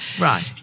Right